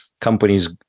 companies